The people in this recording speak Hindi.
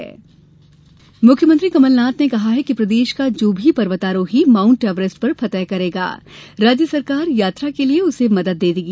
सीएम बैठक मुख्यमंत्री कमलनाथ ने कहा है कि प्रदेश का जो भी पर्वतारोही माउंट एवरेस्ट पर फतह करेगा राज्य सरकार यात्रा के लिये उसे मदद देगी